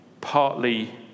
partly